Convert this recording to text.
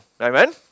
Amen